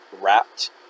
wrapped